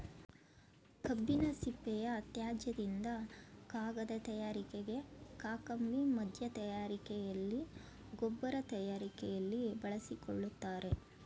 ಕಬ್ಬಿನ ಸಿಪ್ಪೆಯ ತ್ಯಾಜ್ಯದಿಂದ ಕಾಗದ ತಯಾರಿಕೆಗೆ, ಕಾಕಂಬಿ ಮಧ್ಯ ತಯಾರಿಕೆಯಲ್ಲಿ, ಗೊಬ್ಬರ ತಯಾರಿಕೆಯಲ್ಲಿ ಬಳಸಿಕೊಳ್ಳುತ್ತಾರೆ